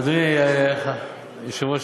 אדוני יושב-ראש